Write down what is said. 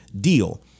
deal